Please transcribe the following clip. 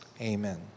amen